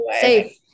safe